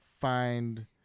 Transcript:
find